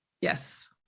yes